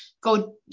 go